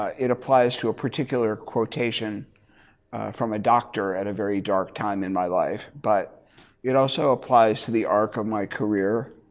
ah it applies to a particular quotation from a doctor at a very dark time in my life. but it also applies to the arc of my career.